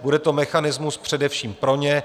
Bude to mechanismus především pro ně.